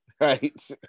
right